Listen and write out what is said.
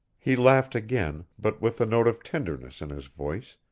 he laughed again, but with a note of tenderness in his voice,